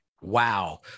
Wow